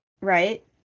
Right